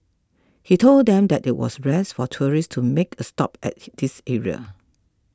he told them that it was rare for tourists to make a stop at this area